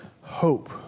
hope